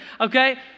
okay